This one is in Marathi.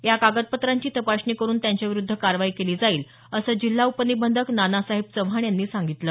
या कागदपत्रांची तपासणी करून त्यांच्याविरूद्ध कारवाई केली जाईल असं जिल्हा उपनिबंधक नानासाहेब चव्हाण यांनी सांगितलं